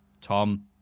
Tom